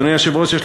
אדוני היושב-ראש,